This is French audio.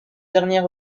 dernier